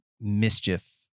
mischief